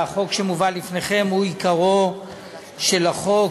והחוק שמובא לפניכם הוא עיקרו של החוק